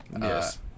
Yes